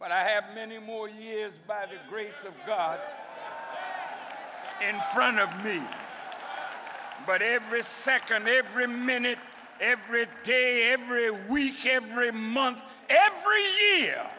but i have many more years by the grace of god in front of me but every second every minute every day every week every month